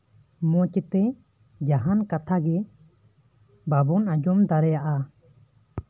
ᱢᱚᱡᱽ ᱛᱮ ᱡᱟᱦᱟᱱ ᱠᱟᱛᱷᱟ ᱜᱮ ᱵᱟᱵᱚᱱ ᱟᱸᱡᱚᱢ ᱫᱟᱲᱮᱭᱟᱜᱼᱟ